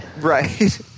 Right